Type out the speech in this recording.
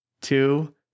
two